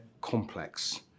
complex